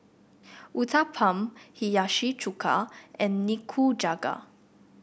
Uthapam Hiyashi Chuka and Nikujaga